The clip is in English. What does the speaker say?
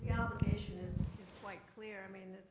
obligation is is quite clear. i mean,